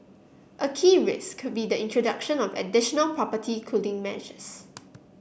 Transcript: a key risk could be the introduction of additional property cooling measures